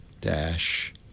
dash